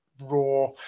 raw